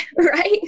right